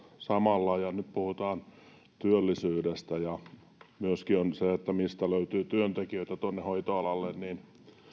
samalla ja nyt puhutaan työllisyydestä ja myöskin siitä mistä löytyy työntekijöitä tuonne hoitoalalle niin